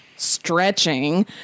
Stretching